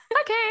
Okay